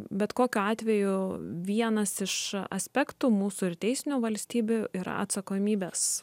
bet kokiu atveju vienas iš aspektų mūsų ir teisinių valstybių yra atsakomybės